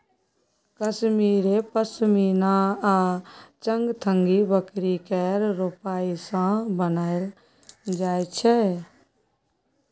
कश्मेरे पश्मिना आ चंगथंगी बकरी केर रोइयाँ सँ बनाएल जाइ छै